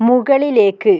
മുകളിലേക്ക്